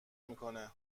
میکنه